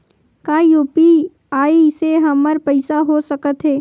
का यू.पी.आई से हमर पईसा हो सकत हे?